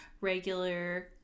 regular